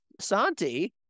Santi